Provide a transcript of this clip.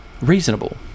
reasonable